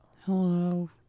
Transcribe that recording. Hello